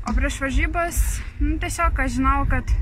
o prieš varžybas tiesiog aš žinojau kad